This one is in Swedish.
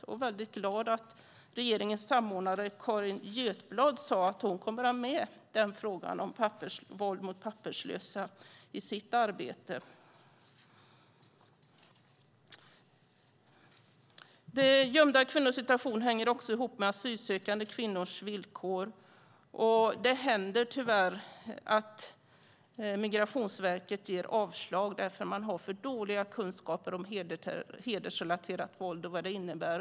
Jag är väldigt glad att regeringens samordnare Carin Götblad sade att hon i sitt arbete kommer att ha med frågan om våld mot papperslösa. Gömda kvinnors situation hänger ihop med asylsökande kvinnors villkor. Det händer tyvärr att Migrationsverket ger avslag därför att man har för dåliga kunskaper om hedersrelaterat våld och vad det innebär.